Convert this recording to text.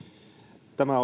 tämä